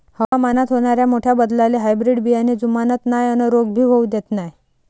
हवामानात होनाऱ्या मोठ्या बदलाले हायब्रीड बियाने जुमानत नाय अन रोग भी होऊ देत नाय